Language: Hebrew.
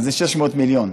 זה 600 מיליון.